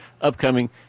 upcoming